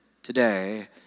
today